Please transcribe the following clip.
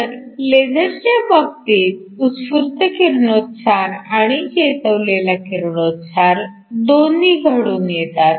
तर लेझरच्या बाबतीत उत्स्फूर्त किरणोत्सार आणि चेतवलेला किरणोत्सार दोन्ही घडून येतात